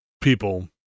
people